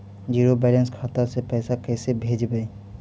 Zero balance खाता से पैसा कैसे भेजबइ?